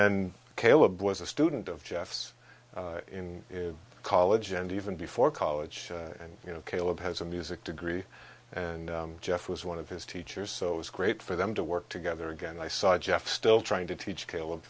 then caleb was a student of jeff's in college and even before college and you know caleb has a music degree and jeff was one of his teachers so it was great for them to work together again i saw jeff still trying to teach caleb